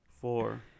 Four